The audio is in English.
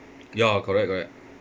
ya correct correct